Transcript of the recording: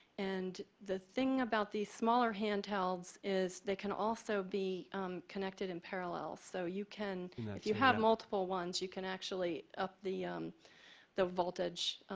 and the thing about the smaller handhelds is they can also be connected in parallel. so you can if you have multiple ones you can actually up the um the voltage,